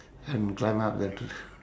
and climb up the tr~